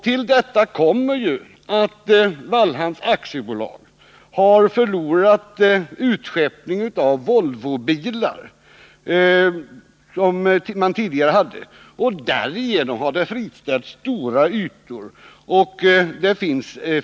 Till detta kommer att Wallhamn AB har förlorat den utskeppning av Volvobilar som man tidigare hade. Därigenom har stora ytor friställts.